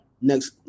next